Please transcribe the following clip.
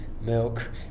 milk